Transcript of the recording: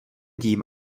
tím